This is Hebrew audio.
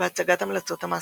והצגת המלצות מעסיק.